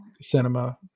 cinema